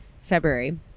february